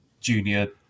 junior